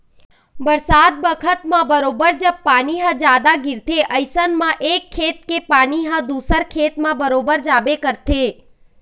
बरसात बखत म बरोबर जब पानी ह जादा गिरथे अइसन म एक खेत के पानी ह दूसर खेत म बरोबर जाबे करथे